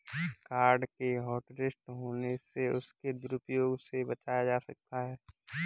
card के hotlist होने से उसके दुरूप्रयोग से बचा जा सकता है